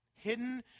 Hidden